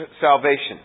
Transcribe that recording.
salvation